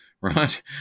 Right